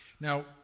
Now